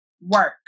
work